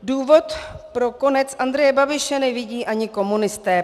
Důvod pro konec Andreje Babiše nevidí ani komunisté.